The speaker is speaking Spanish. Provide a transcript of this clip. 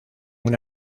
una